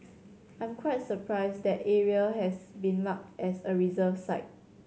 I'm quite surprised that area has been marked as a reserve site